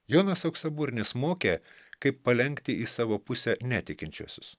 jonas auksaburnis mokė kaip palenkti į savo pusę netikinčiuosius